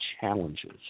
challenges